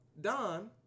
Don